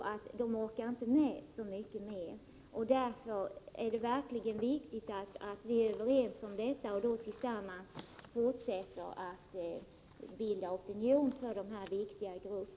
Man orkar inte med så mycket mera. Därför är det verkligen viktigt att vi är överens om detta och tillsammans fortsätter att bilda opinion för denna viktiga grupp.